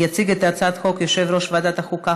יציג את הצעת החוק יושב-ראש ועדת החוקה,